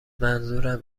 منظورم